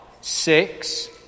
six